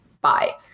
Bye